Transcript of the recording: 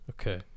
Okay